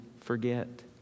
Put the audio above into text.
forget